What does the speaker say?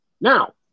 Now